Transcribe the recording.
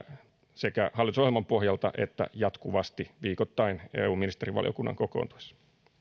sekä hallitusohjelman pohjalta että jatkuvasti viikoittain eu ministerivaliokunnan kokoontuessa nyt